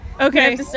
Okay